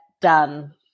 done